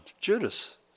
Judas